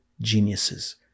geniuses